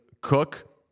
cook